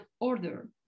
order